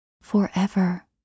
forever